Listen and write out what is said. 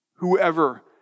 whoever